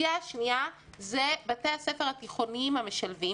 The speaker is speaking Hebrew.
הסוגיה השנייה בתי-הספר התיכוניים המשלבים,